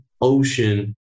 ocean